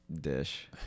dish